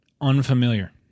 Unfamiliar